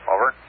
Over